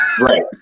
right